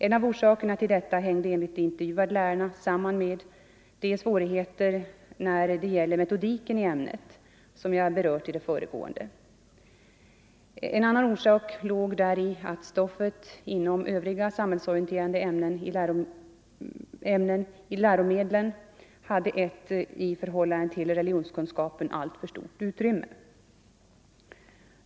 En av orsakerna till detta var enligt de intervjuade lärarna de svårigheter när det gäller metodiken i ämnet som jag berört i det föregående. En annan orsak låg däri att stoffet inom övriga samhällsorienterade ämnen i läromedlen hade ett i förhållande till religionskunskapen alltför stort utrymme.